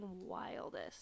wildest